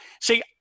see